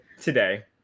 today